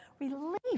relief